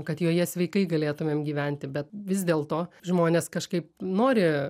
kad joje sveikai galėtumėm gyventi bet vis dėlto žmonės kažkaip nori